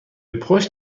پشت